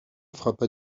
frappa